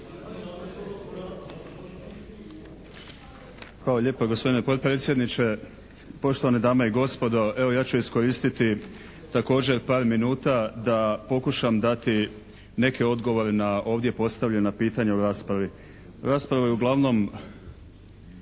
Hvala lijepa gospodine potpredsjedniče. Poštovane dame i gospodo. Evo ja ću iskoristiti također par minuta da pokušam dati neke odgovore na ovdje postavljena pitanja u raspravi. Rasprava je uglavnom